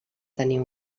tenir